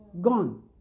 gone